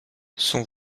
son